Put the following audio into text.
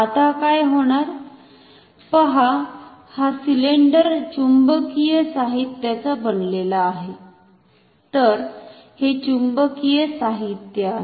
आता काय होणार पहा हा सिलेंडर चुंबकीय साहित्याचा बनलेला आहे तर हे चुंबकीय साहित्य आहे